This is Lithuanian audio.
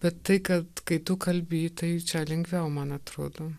bet tai kad kai tu kalbi tai čia lengviau man atrodo